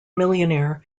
millionaire